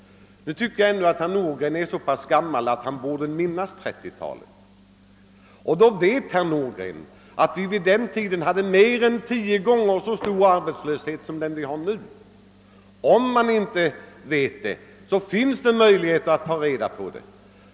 Jag tycker att herr Nordgren ändå är så pass gammal att han borde minnas 1930-talet, och då bör han också veta att vi vid denna tidpunkt hade mer än tio gånger större arbetslöshet än i dag. Känner man inte till detta finns det möjligheter att ta reda på det.